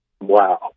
Wow